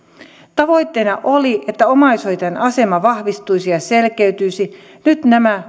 tavoitteena oli että omaishoitajan asema vahvistuisi ja selkeytyisi nyt nämä